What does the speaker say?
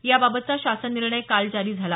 याबाबतचा शासन निर्णय काल जारी झाला